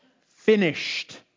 finished